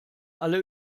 alle